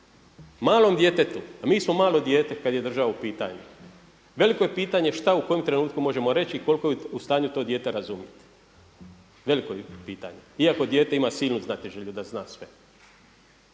Malom djetetu, a mi smo malo dijete kada je država u pitanju, veliko je pitanje šta u kojem trenutku možemo reći i koliko je u stanju to dijete razumjeti, veliko je pitanje iako dijete ima silnu znatiželju da zna sve.